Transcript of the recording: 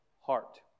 heart